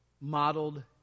modeled